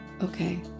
Okay